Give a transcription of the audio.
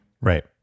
Right